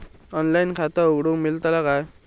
Online खाता उघडूक मेलतला काय?